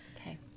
Okay